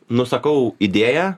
nusakau idėją